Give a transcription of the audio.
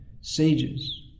sages